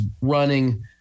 running